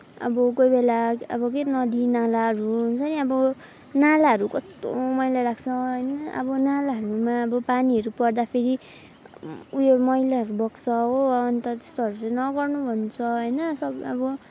अब कोही बेला अब के नदीनालाहरू हुन्छ नि अब नालाहरू कस्तो मैला लाग्छ होइन अब नालाहरूमा अब पानीहरू पर्दा फेरि उयो मैलाहरू बग्छ हो अन्त त्यस्तोहरू चाहिँ नगर्नु भन्छ होइन सब अब